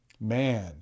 man